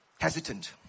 hesitant